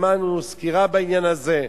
שמענו סקירה בעניין הזה.